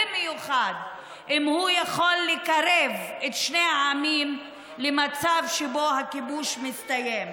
במיוחד אם הוא יכול לקרב את שני העמים למצב שבו הכיבוש מסתיים.